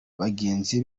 bagenzi